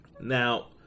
Now